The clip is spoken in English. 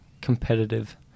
competitive